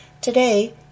Today